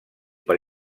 per